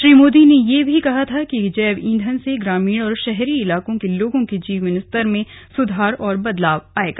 श्री मोदी ने यह भी कहा था कि जैव ईधन से ग्रामीण और शहरी इलाकों के लोगों के जीवन स्तर में सुधार और बदलाव आयेगा